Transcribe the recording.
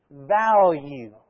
value